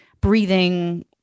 breathing